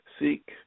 seek